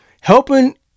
helping